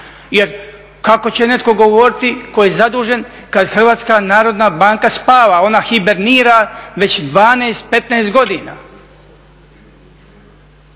jer kako će netko govoriti ko je zadužen kad Hrvatska narodna banka spava, ona hibernira već 12, 15 godina.